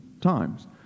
times